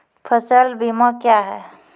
फसल बीमा क्या हैं?